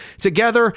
together